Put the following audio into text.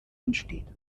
entsteht